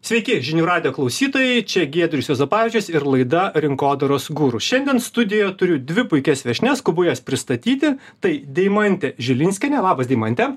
sveiki žinių radijo klausytojai čia giedrius juozapavičius ir laida rinkodaros guru šiandien studijo turiu dvi puikias viešnias skubu jas pristatyti tai deimantė žilinskienė labas deimante